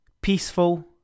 peaceful